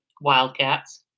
Wildcats